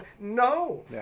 no